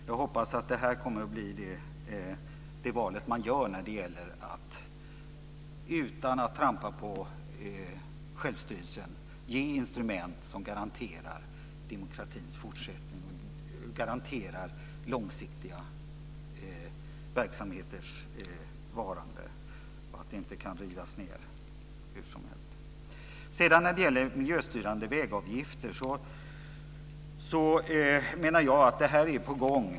Jag hoppas att det här kommer att bli det val man gör när det gäller att, utan att trampa på självstyrelsen, ge instrument som garanterar demokratins fortsättning och garanterar långsiktiga verksamheters varande, att de inte kan rivas ned hur som helst. Miljöstyrande vägavgifter är någonting som är på gång.